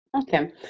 Okay